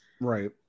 Right